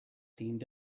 teamed